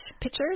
Pictures